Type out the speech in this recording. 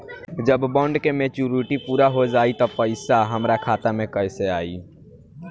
जब बॉन्ड के मेचूरिटि पूरा हो जायी त पईसा हमरा खाता मे कैसे आई?